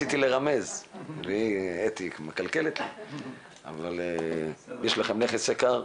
יש לכם נכס יקר,